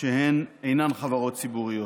שהן אינן חברות ציבוריות.